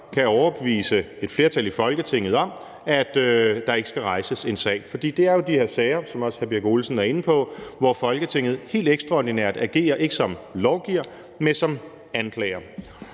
kan overbevise et flertal i Folketinget om, at der ikke skal rejses en sag. For det er jo i de her sager, som også hr. Ole Birk Olesen var inde på, at Folketinget helt ekstraordinært agerer ikke som lovgiver, men som anklager.